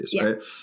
right